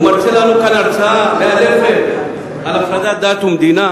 מרצה לנו כאן הרצאה מאלפת על הפרדת דת ומדינה,